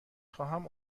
خواهم